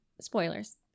Spoilers